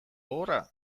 gogorra